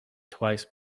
twice